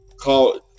call